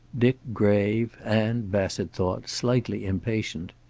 dick grave, and, bassett thought, slightly impatient.